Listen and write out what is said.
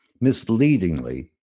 misleadingly